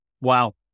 wow